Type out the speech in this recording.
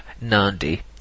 Nandi